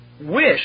wish